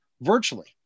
virtually